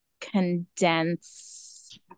condense